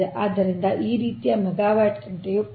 ಆದ್ದರಿಂದ ಈ ರೀತಿಯ ಮೆಗಾವ್ಯಾಟ್ ಗಂಟೆಯ 0